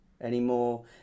anymore